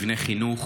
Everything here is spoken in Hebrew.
מבנה חינוך